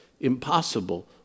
impossible